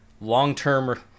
long-term